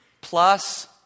Plus